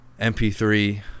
MP3